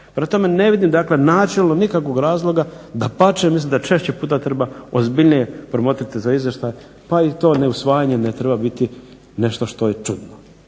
Prema tome, ne vidim dakle načelno nikakvog razloga, dapače mislim da češće puta treba ozbiljnije promotriti za izvještaje, pa i to neusvajanje ne treba biti nešto što je čudno.